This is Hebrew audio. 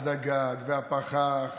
הזגג, הפחח,